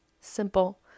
Simple